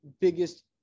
biggest